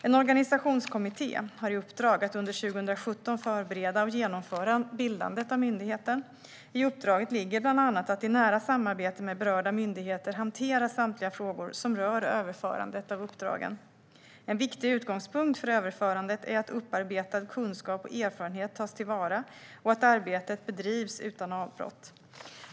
En organisationskommitté har i uppdrag att under 2017 förbereda och genomföra bildandet av myndigheten . I uppdraget ligger bland annat att i nära samarbete med berörda myndigheter hantera samtliga frågor som rör överförandet av uppdragen. En viktig utgångspunkt för överförandet är att upparbetad kunskap och erfarenhet tas till vara och att arbetet bedrivs utan avbrott.